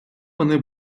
вони